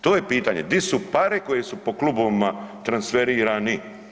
To je pitanje, di su pare koje su po klubovima transferirani?